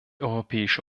europäische